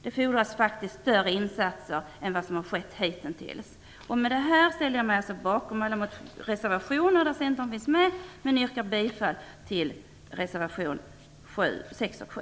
Det fordras större insatser än de som hittills har gjorts. Jag ställer mig bakom alla de reservationer där centerledamöter finns med men yrkar bifall bara till reservationerna 6 och 7.